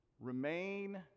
remain